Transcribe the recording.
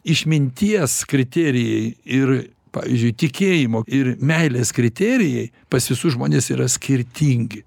išminties kriterijai ir pavyzdžiui tikėjimo ir meilės kriterijai pas visus žmones yra skirtingi